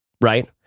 Right